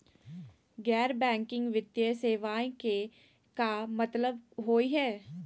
गैर बैंकिंग वित्तीय सेवाएं के का मतलब होई हे?